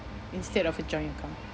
instead of a joint account